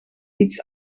iets